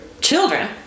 children